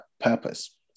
purpose